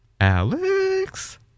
Alex